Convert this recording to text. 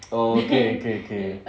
orh okay okay okay